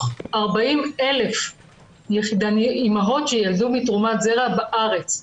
40,000 אימהות שילדו מתרומת זרע בארץ.